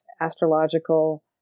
astrological